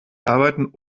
arbeiten